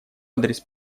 адрес